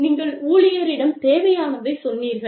நீங்கள் ஊழியரிடம் தேவையானதைச் சொன்னீர்கள்